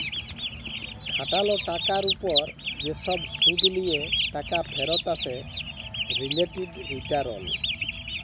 খাটাল টাকার উপর যে সব শুধ দিয়ে টাকা ফেরত আছে রিলেটিভ রিটারল